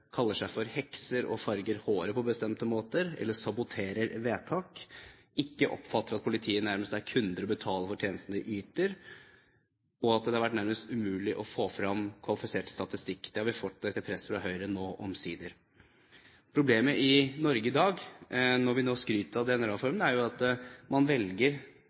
kaller seg for hekser og farger håret på bestemte måter eller saboterer vedtak, at de ikke oppfatter at politiet nærmest er kunder og betaler for tjenesten de yter, og at det har vært nærmest umulig å få fram kvalifisert statistikk. Det har vi fått etter press fra Høyre nå, omsider. Problemet i Norge i dag, når vi nå skryter av DNA-reformen, er at man velger